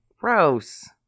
Gross